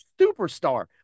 superstar